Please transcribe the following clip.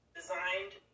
designed